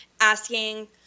asking